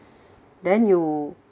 then you